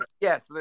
yes